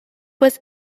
was